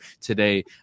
today